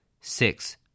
Six